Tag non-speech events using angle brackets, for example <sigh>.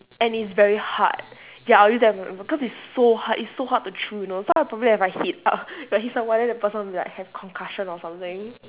and it's very hard ya I'll use that as a weapon cause it's so hard it's so hard to chew you know so I'll probably if I hit <laughs> if I hit someone then the person will be like have concussion or something